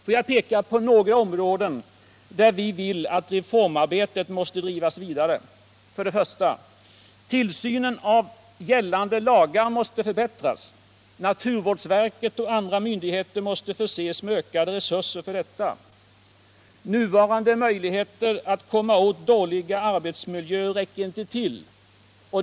Låt mig peka på några områden där vi anser att reformarbetet måste drivas vidare. 1. Tillsynen av att gällande lagar följs måste förbättras. Naturvårdsverket och andra myndigheter måste förses med ökade resurser för detta. Nuvarande möjligheter att komma åt dåliga arbetsmiljöer räcker inte till.